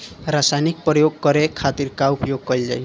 रसायनिक प्रयोग करे खातिर का उपयोग कईल जाइ?